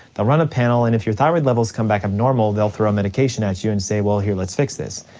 they'll run a panel, and if your thyroid levels come back abnormal they'll throw a medication at you and say well here, let's fix this.